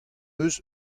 eus